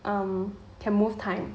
um can move time